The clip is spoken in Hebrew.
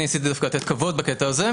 ניסיתי דווקא לתת כבוד בקטע הזה,